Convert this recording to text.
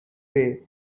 way